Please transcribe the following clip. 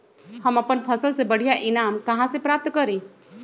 हम अपन फसल से बढ़िया ईनाम कहाँ से प्राप्त करी?